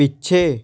ਪਿੱਛੇ